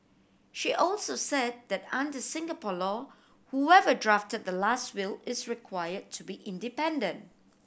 she also said that under Singapore law whoever drafted the last will is required to be independent